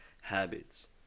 habits